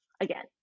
Again